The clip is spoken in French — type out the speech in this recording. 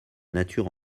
nature